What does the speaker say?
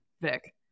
Vic